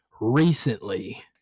recently